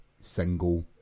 single